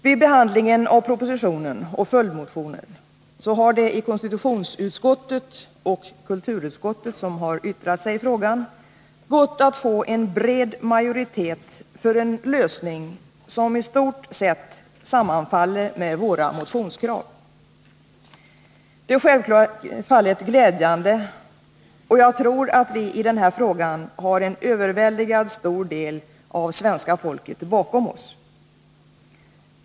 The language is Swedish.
Vid behandlingen av propositionen och följdmotioner har det i konstitutionsutskottet och kulturutskottet, som har yttrat sig i frågan, gått att få en bred majoritet för en lösning som i stort sett sammanfaller med våra motionskrav. Det är självfallet glädjande, och jag tror att vi i den här frågan har en överväldigande del av svenska folket bakom oss.